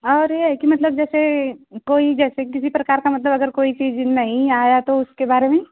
और ये है कि मतलब जैसे कोई जैसे किसी प्रकार का मतलब अगर कोई चीज नहीं आया तो उसके बारे में